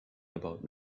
about